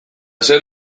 zer